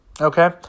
Okay